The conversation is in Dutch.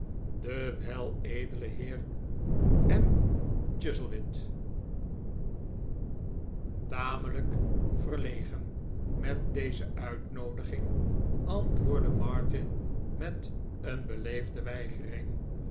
den weledelen heer m chuzzlewit maarten chuzzlewit tamelijk verlegen met deze uitnoodiging antwoordde martin met een beleefde weigering